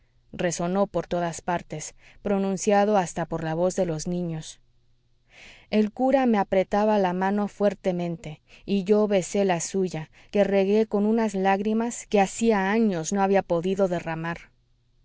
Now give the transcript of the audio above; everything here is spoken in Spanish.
resonó por todas partes pronunciado hasta por la voz de los niños el cura me apretaba la mano fuertemente y yo besé la suya que regué con unas lágrimas que hacía años no había podido derramar